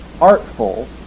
artful